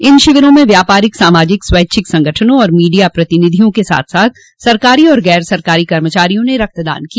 इन शिविरों में व्यापारिक सामाजिक स्वैच्छिक संगठनों और मीडिया प्रतिनिधियों के साथ साथ सरकारी और गैर सरकारी कर्मचारियों ने रक्तदान किया